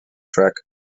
track